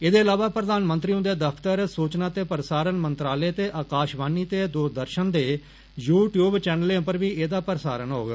एह्दे अलावा प्रधानमंत्री हुंदे दफ्तर सूचना ते प्रसारण मंत्रालय ते आकाशवाणी ते दूरदर्शन दे यू द्यूब चैनलें पर बी एह्दा प्रसारण होग